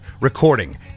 recording